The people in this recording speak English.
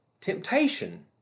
temptation